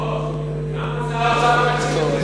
אדוני היושב-ראש, למה שר האוצר לא מציג את זה?